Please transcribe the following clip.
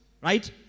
Right